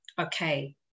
Okay